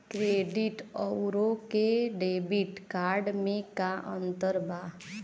Credit अउरो debit card मे का अन्तर बा?